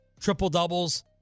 Triple-doubles